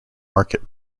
market